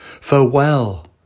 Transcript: Farewell